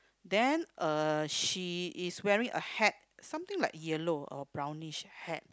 then uh she is wearing a hat something like yellow or brownish hat